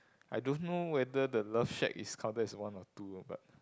I don't know whether the love shack is counted as one or two but